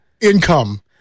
income